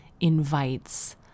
invites